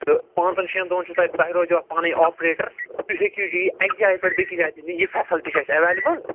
تہٕ پانٛژن شےٚ دۄہن چھُ تۄہہِ تۄہہِ روزِو اَتھ پانے آپریٹر ہٮ۪کِو بیٚیہِ اَکہِ جایہِ پٮ۪ٹھ بیٚیِس جایہِ تہِ نِتھ یہِ فیسلٹی چھِ اَسہِ ایٚویلِبُل